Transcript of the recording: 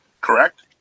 correct